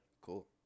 cool